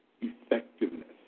effectiveness